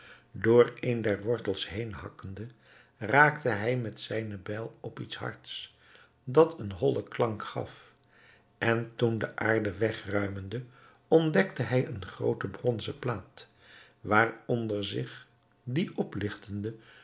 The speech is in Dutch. door een der wortels heen hakkende raakte hij met zijne bijl op iets hards dat een hollen klank gaf en toen de aarde wegruimende ontdekte hij eene groote bronzen plaat waaronder zich dien opligtende